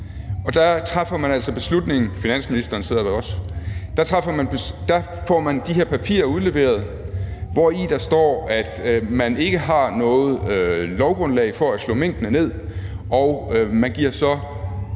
fødevareministeren og finansministeren, og der får man de her papirer udleveret, hvori der står, at man ikke har noget lovgrundlag for at slå minkene ned. Man giver så,